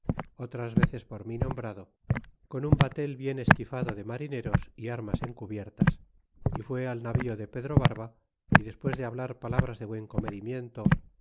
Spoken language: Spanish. otras veces por mí nombrado con un batel bien esquifado de marineros y armas encubiertas y fue al navío de pedro barba y despues de hablar palabras de buen comedimiento